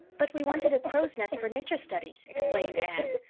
but we wanted a crow's nest for nature study, explained anne.